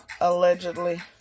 allegedly